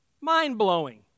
Mind-blowing